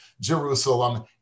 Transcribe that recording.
Jerusalem